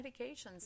medications